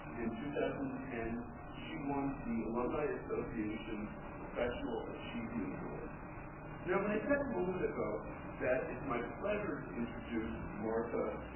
in two thousand and ten, she won the alumni associations' professional achievement award now, when i said a moment ago that it's my pleasure to introduce martha,